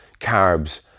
carbs